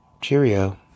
Cheerio